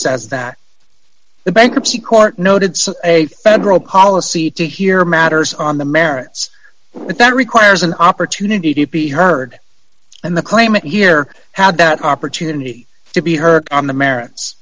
says that the bankruptcy court noted a federal policy to hear matters on the merits but that requires an opportunity to be heard and the claimant hear how that opportunity to be heard on the merits